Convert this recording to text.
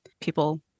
people